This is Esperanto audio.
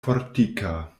fortika